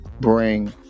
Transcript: bring